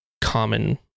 common